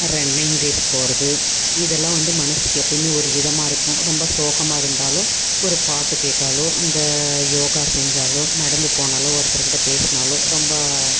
running race போகிறது இதெல்லாம் வந்து மனசுக்கு எப்போயுமே ஒரு இதமாக இருக்கும் ரொம்ப சோகமாக இருந்தாலும் ஒரு பாட்டு கேட்டாலோ அந்த யோகா செஞ்சாலோ நடந்து போனாலோ ஒருத்தர்கிட்ட பேசினாலோ ரொம்ப